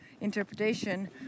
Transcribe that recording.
interpretation